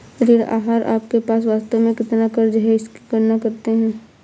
ऋण आहार आपके पास वास्तव में कितना क़र्ज़ है इसकी गणना करते है